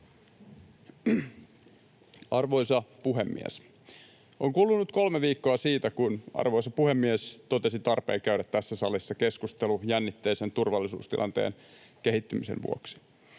Arvoisa puhemies! On kulunut kolme viikkoa siitä, kun arvoisa puhemies totesi tarpeen käydä tässä salissa keskustelu jännitteisen turvallisuustilanteen kehittymisen vuoksi.